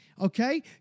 Okay